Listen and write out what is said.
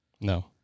No